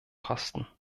kosten